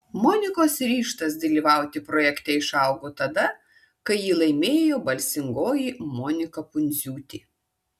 monikos ryžtas dalyvauti projekte išaugo tada kai jį laimėjo balsingoji monika pundziūtė